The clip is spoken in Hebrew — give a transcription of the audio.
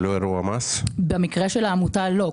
במקרה של העמותה, לא.